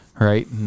right